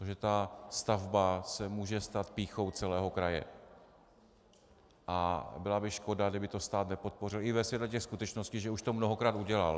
Takže ta stavba se může stát pýchou celého kraje a byla by škoda, kdyby to stát nepodpořil, i ve světle těch skutečností, že už to mnohokrát udělal.